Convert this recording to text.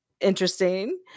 interesting